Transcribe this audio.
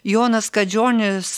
jonas kadžionis